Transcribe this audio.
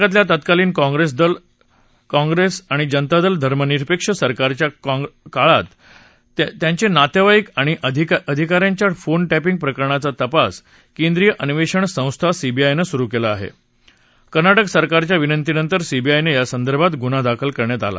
कातल्या तत्कालीन काँग्रेस्तजनता दल धर्मनिरपक्षसरकारच्या काळात राजकीय नस्तात्मांचनिातद्वाईक आणि अधिकाऱ्यांच्या फोन पिंग प्रकरणाचा तपास केंद्रीय अन्वाचा संस्था सीबीआयनं सुरु कला आह केर्ना के सरकारच्या विनंतीनंतर सीबीआयनं यासंदर्भात गुन्हा दाखल करण्यात आला